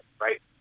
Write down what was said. right